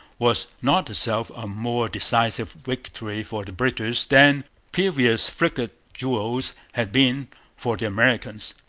was not itself a more decisive victory for the british than previous frigate duels had been for the americans.